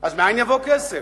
אז מאין יבוא כסף?